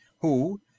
who